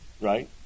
right